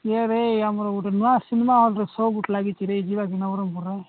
କିଏରେ ଆମର ଗୋଟେ ନୂଆ ସିନେମା ହଲ୍ରେ ଲାଗିଛିରେ ଯିବାରେ ନବରଙ୍ଗପୁର